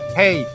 hey